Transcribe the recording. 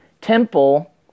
temple